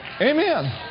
Amen